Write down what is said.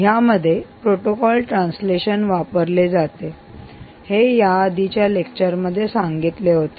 यामध्ये protocol translation वापरले जाते हे याआधीच्या लेक्चर मध्ये सांगितले होते